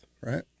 right